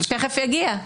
תכף יגיע.